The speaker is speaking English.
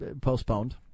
postponed